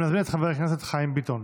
אני מזמין את חבר הכנסת חיים ביטון,